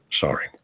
sorry